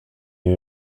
new